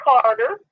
Carter